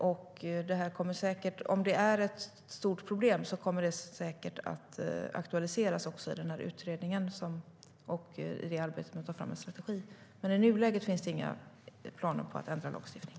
Om lagstiftningen är ett stort problem kommer säkert en ändring att aktualiseras i utredningen och i arbetet med att ta fram en strategi. Men i nuläget finns det inga planer på att ändra lagstiftningen.